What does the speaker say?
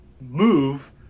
move